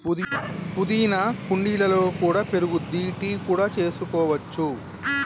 పుదీనా కుండీలలో కూడా పెరుగుద్ది, టీ కూడా చేసుకోవచ్చు